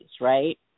right